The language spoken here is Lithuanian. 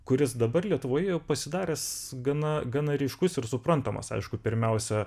kuris dabar lietuvoje jau pasidaręs gana gana ryškus ir suprantamas aišku pirmiausia